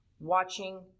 Watching